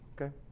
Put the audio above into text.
okay